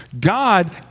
God